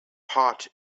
heart